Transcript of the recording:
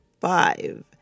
five